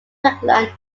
kirkland